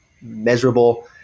miserable